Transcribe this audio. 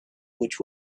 which